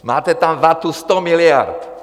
Máte tam vatu 100 miliard.